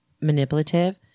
manipulative